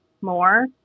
more